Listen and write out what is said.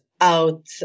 out